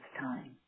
time